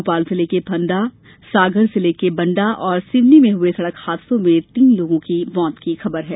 भोपाल जिले के फंदा सागर जिले के बंडा और सिवनी में हुए सड़क हादसों में तीन लोगों की मौत की खबर है